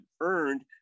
earned